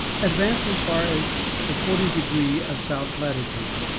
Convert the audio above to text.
advanced as far as the forty degrees of south latitude,